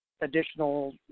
additional